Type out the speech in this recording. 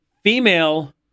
female